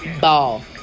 Ball